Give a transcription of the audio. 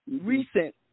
recent